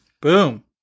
boom